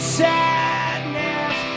sadness